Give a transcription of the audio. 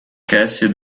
cassie